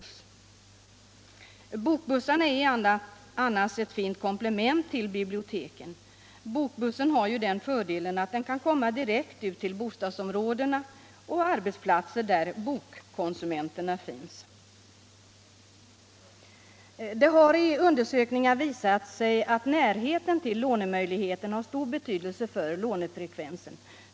Bokbussarna är annars ett fint komplement till biblioteken. Bokbussen har ju den fördelen att den kan komma direkt ut till bostadsområden och arbetsplatser där bokkonsu menterna finns. Det har i undersökningar visat sig att närheten till lånemöjligheten har stor betydelse för lånefrekvensen.